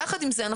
יחד עם זאת,